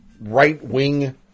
right-wing